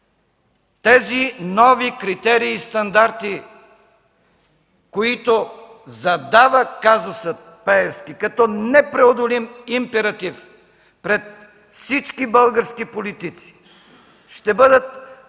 тези нови критерии и стандарти, които задават казуса Пеевски като непреодолим императив пред всички български политици, ще бъдат в